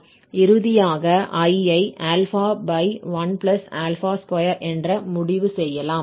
இறுதியாக I ஐ 12 என்று முடிவு செய்யலாம்